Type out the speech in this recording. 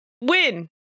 win